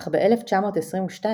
אך ב-1922,